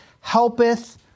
helpeth